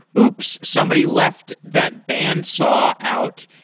oops! somebody left that bandsaw out,